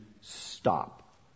stop